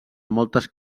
moltes